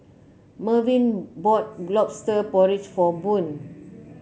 Mervin bought lobster porridge for Boone